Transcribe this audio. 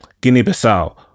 Guinea-Bissau